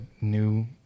new